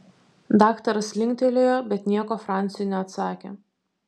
daktaras linktelėjo bet nieko franciui neatsakė